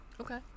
Okay